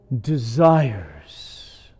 desires